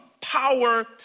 power